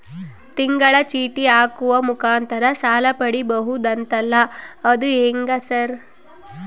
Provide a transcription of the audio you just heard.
ತಿಂಗಳ ಚೇಟಿ ಹಾಕುವ ಮುಖಾಂತರ ಸಾಲ ಪಡಿಬಹುದಂತಲ ಅದು ಹೆಂಗ ಸರ್?